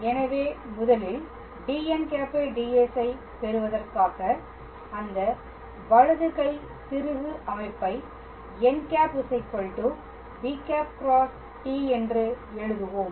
எனவே முதலில் dn̂ds ஐப் பெறுவதற்காக அந்த வலது கை திருகு அமைப்பை n̂ b̂ × t என்று எழுதுவோம்